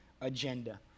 agenda